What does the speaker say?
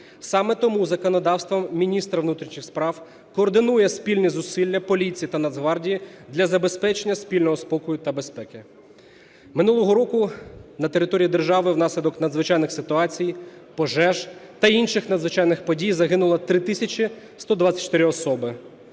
Саме тому законодавством міністр внутрішніх справ координує спільні зусилля поліції та Нацгвардії для забезпечення спільного спокою та безпеки. Минулого року на території держави внаслідок надзвичайних ситуацій, пожеж та інших надзвичайних подій загинуло 3 тисячі 124 особи.